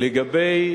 לגבי